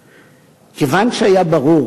כיוון שהיה ברור